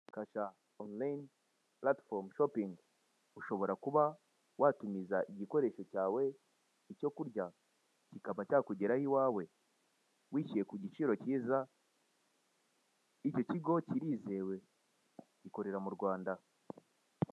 Kasha Online platform Shopping, ushobora kuba watumiza igikoresho cyawe, icyo kurya kikaba cyakugeraho iwawe wishyuye ku giciro cyiza. Icyo kigo kirizewe, gikorera mu Rwanda.